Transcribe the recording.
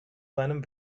seinem